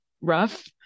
rough